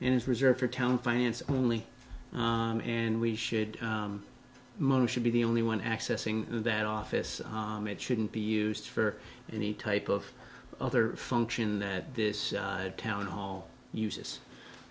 in his reserved for town finance only and we should model should be the only one accessing that office it shouldn't be used for any type of other function that this town hall uses